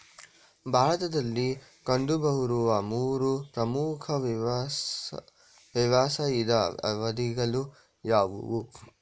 ಭಾರತದಲ್ಲಿ ಕಂಡುಬರುವ ಮೂರು ಪ್ರಮುಖ ವ್ಯವಸಾಯದ ಅವಧಿಗಳು ಯಾವುವು?